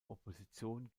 opposition